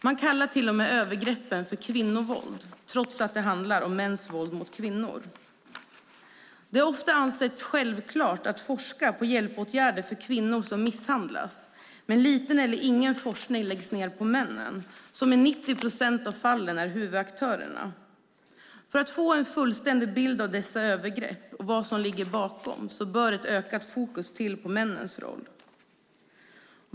Man kallar till och med övergreppen för kvinnovåld trots att det handlar om mäns våld mot kvinnor. Det har ofta ansetts självklart att forska på hjälpåtgärder för kvinnor som misshandlas medan lite eller ingen forskning läggs ned på männen, som i 90 procent av fallen är huvudaktörer. För att få en fullständig bild av dessa övergrepp och vad som ligger bakom bör ett ökat fokus läggas på männens roll.